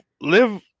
live